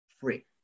free